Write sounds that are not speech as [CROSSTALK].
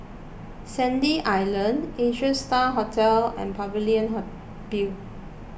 Sandy Island Asia Star Hotel and Pavilion [UNINTELLIGIBLE] View